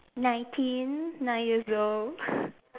nineteen nine years old